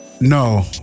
No